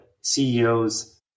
CEOs